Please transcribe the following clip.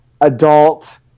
adult